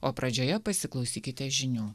o pradžioje pasiklausykite žinių